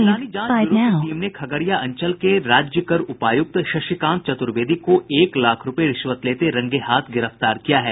निगरानी जांच ब्यूरो की टीम ने खगड़िया अंचल के राज्य कर उपायुक्त शशिकांत चतुर्वेदी को एक लाख रूपये रिश्वत लेते रंगे हाथ गिरफ्तार किया है